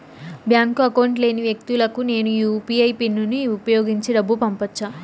Bank account లేని వ్యక్తులకు నేను యు పి ఐ యు.పి.ఐ ను ఉపయోగించి డబ్బు పంపొచ్చా?